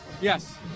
Yes